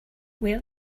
wear